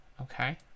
Okay